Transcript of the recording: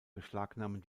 beschlagnahmen